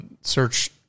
search